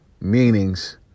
meanings